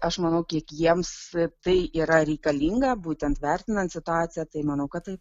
aš manau kiek jiems tai yra reikalinga būtent vertinant situaciją tai manau kad taip